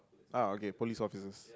ah okay police officers